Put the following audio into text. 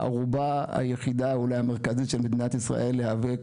הערובה היחידה אולי המרכזית של מדינת ישראל להיאבק